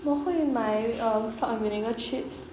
我会买 salt and vinegar chips